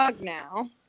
now